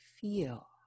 feel